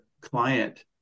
client